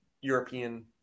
european